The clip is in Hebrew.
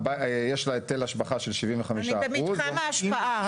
יש לה היטל השבחה של 75%. אני במתחם ההשפעה.